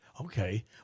Okay